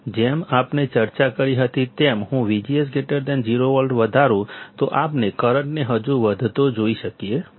જેમ આપણે ચર્ચા કરી હતી તેમ જો હું VGS 0 વોલ્ટ વધારું તો આપણે કરંટને હજુ વધતો જોઈ શકીએ છીએ